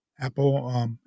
Apple